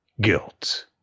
guilt